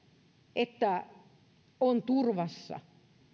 että on turvassa